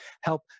help